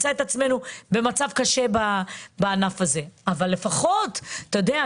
עצמנו במצב יותר קשה בענף הזה, אבל אלכס,